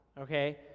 okay